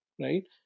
right